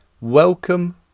Welcome